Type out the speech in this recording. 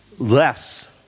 Less